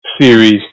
series